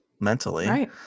mentally